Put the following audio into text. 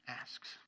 asks